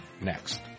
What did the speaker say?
next